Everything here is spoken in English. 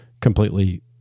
completely